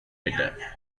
better